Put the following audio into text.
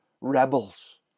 rebels